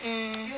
mm